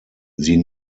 sie